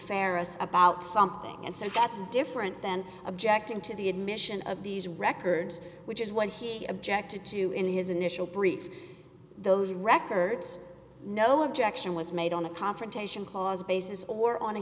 ferris about something and so that's different than objecting to the admission of these records which is what he objected to in his initial brief those records no objection was made on the confrontation clause basis or on